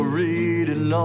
reading